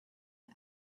the